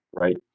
right